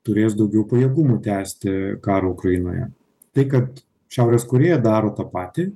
turės daugiau pajėgumų tęsti karą ukrainoje tai kad šiaurės korėja daro tą patį